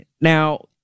now